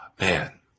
Man